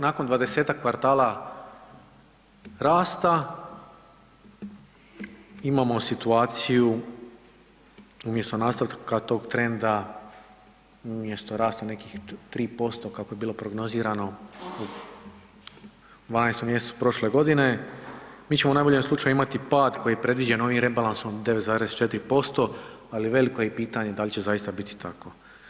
Nakon 20-tak kvartala rasta imamo situaciju umjesto nastavka tog trenda, umjesto rasta nekih 3% kako je bilo prognozirano u 12 mjesecu prošle godine, mi ćemo u najboljem slučaju imati pad koji je predviđen ovim rebalansom 9,4%, ali veliko je pitanje da li će zaista biti tako.